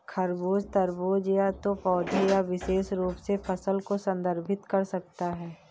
खरबूज, तरबूज या तो पौधे या विशेष रूप से फल को संदर्भित कर सकता है